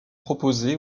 proposé